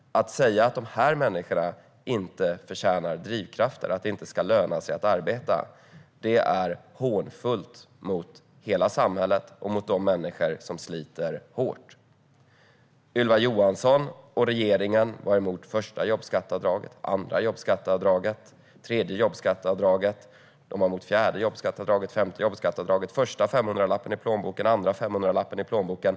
Att säga att dessa människor inte förtjänar drivkrafter och att det inte ska löna sig att arbeta är hånfullt. Det är hånfullt mot hela samhället och mot de människor som sliter hårt. Ylva Johansson och regeringen var emot det första jobbskatteavdraget, det andra jobbskatteavdraget, det tredje jobbskatteavdraget, det fjärde jobbskatteavdraget och det femte jobbskatteavdraget. De var emot den första 500-lappen i plånboken och den andra 500-lappen i plånboken.